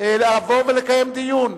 לבוא ולקיים דיון.